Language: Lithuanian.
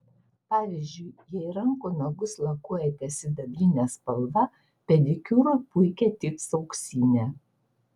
pavyzdžiui jei rankų nagus lakuojate sidabrine spalva pedikiūrui puikiai tiks auksinė